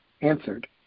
answered